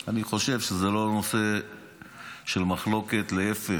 אני חושב שזה לא נושא של מחלוקת, להפך.